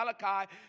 Malachi